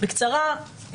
בקצרה,